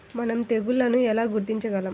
మనం తెగుళ్లను ఎలా గుర్తించగలం?